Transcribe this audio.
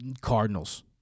Cardinals